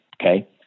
Okay